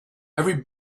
every